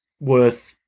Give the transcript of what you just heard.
worth